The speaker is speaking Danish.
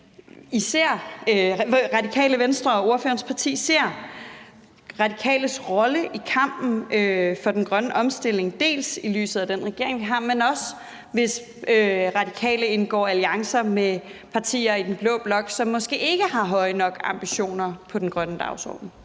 ordføreren og ordførerens parti ser Radikales rolle i kampen for den grønne omstilling, dels i lyset af den regering, vi har, dels i forhold til at Radikale indgår alliancer med partier i den blå blok, som måske ikke har høje nok ambitioner på den grønne dagsorden.